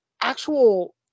actual